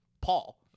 Paul